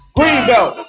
Greenbelt